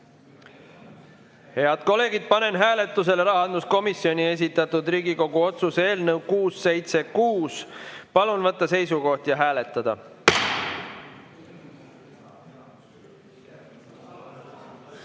kolleegid, panen hääletusele rahanduskomisjoni esitatud Riigikogu otsuse eelnõu 676. Palun võtta seisukoht ja hääletada!